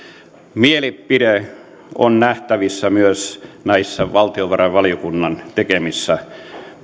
mielipide on nähtävissä myös näissä valtiovarainvaliokunnan tekemissä